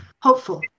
hopeful